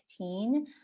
2016